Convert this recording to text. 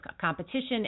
competition